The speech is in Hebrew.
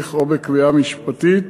בהליך או בקביעה משפטית